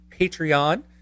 Patreon